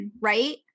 right